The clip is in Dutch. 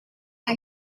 hij